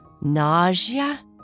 nausea